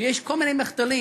ויש כל מיני מחדלים.